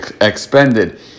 expended